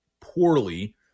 poorly